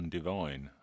Divine